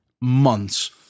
months